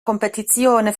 competizione